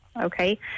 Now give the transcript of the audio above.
okay